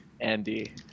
Andy